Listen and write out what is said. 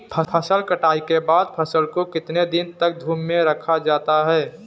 फसल कटाई के बाद फ़सल को कितने दिन तक धूप में रखा जाता है?